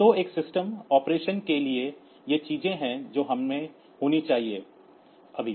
तो एक system operation के लिए ये चीजें हैं जो हमें होनी चाहिए अभी